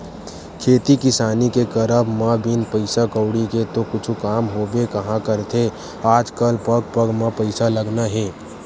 खेती किसानी के करब म बिन पइसा कउड़ी के तो कुछु काम होबे काँहा करथे आजकल पग पग म पइसा लगना हे